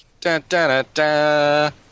Da-da-da-da